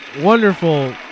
wonderful